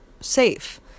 safe